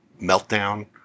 meltdown